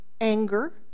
anger